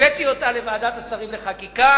הבאתי אותה לוועדת השרים לחקיקה,